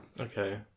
Okay